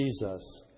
Jesus